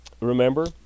Remember